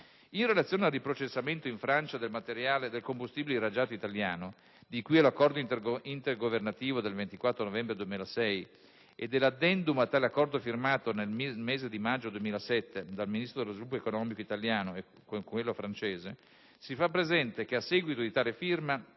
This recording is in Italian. In relazione al riprocessamento in Francia del combustibile irraggiato italiano di cui all'Accordo intergovernativo del 24 novembre 2006 e dell'Addendum a tale accordo firmato, nel mese di maggio 2007, dal Ministro dello sviluppo economico *pro-tempore* con l'omologo Ministro francese, si fa presente che, a seguito di tale firma,